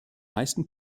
meisten